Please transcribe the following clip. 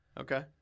Okay